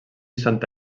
santa